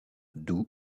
doux